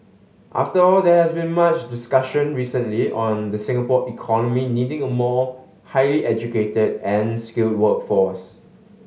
after all there has been much discussion recently on the Singapore economy needing a more highly educated and skilled workforce